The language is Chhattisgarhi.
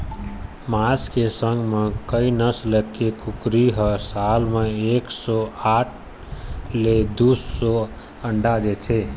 मांस के संग म कइ नसल के कुकरी ह साल म एक सौ साठ ले दू सौ अंडा देथे